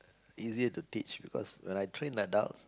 easier to teach because when I train adults